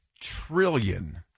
trillion